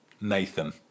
nathan